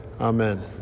Amen